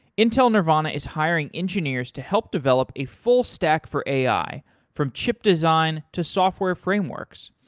intel nervana is hiring engineers to help develop a full stack for ai from chip design to software frameworks.